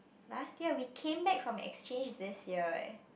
last year we came back from exchange this year eh